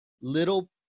little